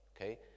okay